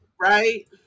Right